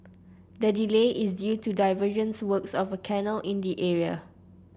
the delay is due to diversion works of a canal in the area